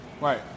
Right